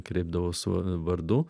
kreipdavos vardu